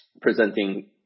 presenting